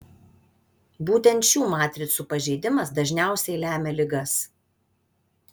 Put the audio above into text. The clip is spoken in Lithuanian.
būtent šių matricų pažeidimas dažniausiai lemia ligas